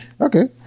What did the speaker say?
Okay